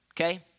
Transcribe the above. Okay